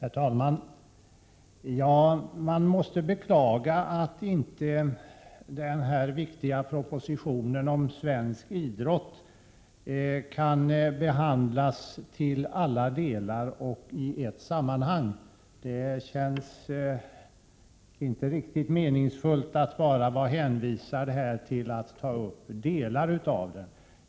Herr talman! Man måste beklaga att den här viktiga propositionen om svensk idrott inte kan behandlas nu till alla delar och i ett sammanhang. Det känns inte riktigt meningsfullt att bara vara hänvisad till att ta upp delar av propositionen.